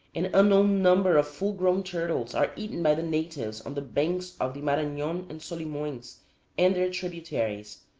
an unknown number of full-grown turtles are eaten by the natives on the banks of the maranon and solimoens and their tributaries,